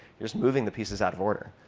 you're just moving the pieces out of order.